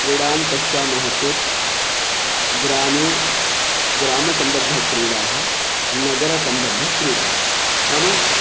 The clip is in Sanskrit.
क्रीडान् पश्यामः चेत् ग्रामे ग्रामसम्बद्धक्रीडाः नगरसम्बद्धक्रीडाः नाम